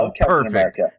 perfect